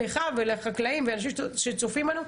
לחקלאים ולאנשים שצופים בנו,